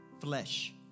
flesh